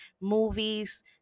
movies